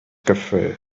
cafe